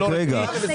לא רשמי,